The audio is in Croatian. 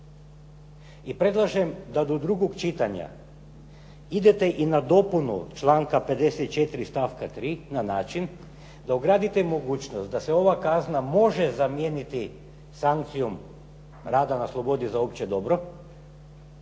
I predlažem da do drugog čitanja idete na dopunu članka 54. stavka 3. na način da ugradite mogućnost da se ova kazna može zamijeniti sankcijom rada na slobodi za opće dobro